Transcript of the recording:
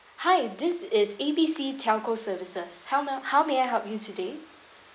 hi this is A B C telco services how may how may I help you today